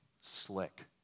Slick